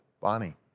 Bonnie